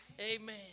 Amen